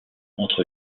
entre